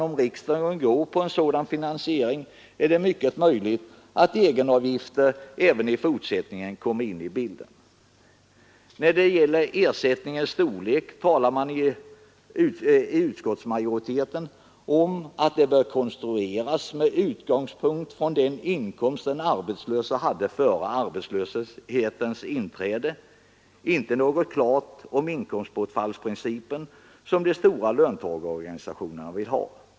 Om riksdagen går på en sådan finansiering, är det mycket möjligt att egenavgifter även i fortsättningen kommer in i bilden. När det gäller ersättningens storlek talar utskottsmajoriteten om att beloppet bör konstrueras med utgångspunkt i den inkomst den arbetslöse hade före arbetslöshetens inträde men säger inte något klart om inkomstbortfallsprincipen som de stora löntagarorganisationerna vill ha.